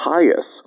Pious